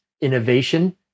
innovation